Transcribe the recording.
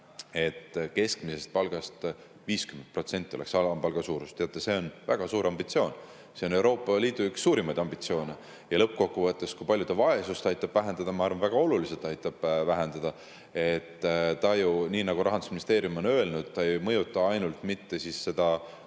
et keskmisest palgast 50% oleks alampalga suurus. Teate, see on väga suur ambitsioon. See on Euroopa Liidu üks suurimaid ambitsioone. Ja lõppkokkuvõttes, kui palju see vaesust aitab vähendada: ma arvan, et väga oluliselt aitab vähendada. Nii nagu Rahandusministeerium on öelnud: see ei mõjuta mitte ainult seda